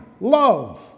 Love